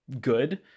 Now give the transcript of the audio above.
good